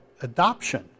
adoption